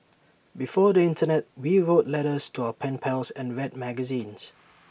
before the Internet we wrote letters to our pen pals and read magazines